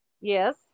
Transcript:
Yes